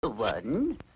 One